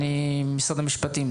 משרד המשפטים,